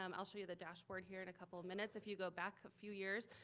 um i'll show you the dashboard here in a couple of minutes, if you go back a few years,